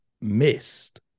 missed